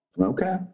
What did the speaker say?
Okay